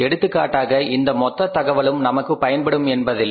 எடுத்துக்காட்டாக இந்த மொத்த தகவலும் நமக்கு பயன்படும் என்பதில்லை